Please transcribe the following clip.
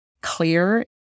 clear